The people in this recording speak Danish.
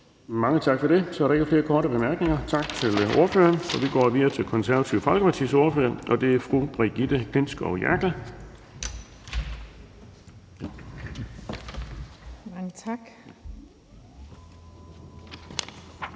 Mange tak for det. Så er der ikke flere korte bemærkninger. Tak til ordføreren. Vi går videre til Det Konservative Folkepartis ordfører, og det er fru Brigitte Klintskov Jerkel. Kl.